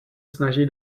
snaží